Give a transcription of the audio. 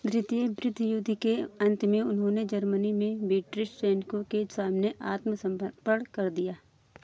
द्वितीय बृद्ध युद्ध के अंत में उन्होंने जर्मनी में ब्रिटिश सैनिकों के सामने आत्मसमर्पण कर दिया